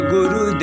Guru